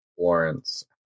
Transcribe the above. Lawrence